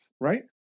right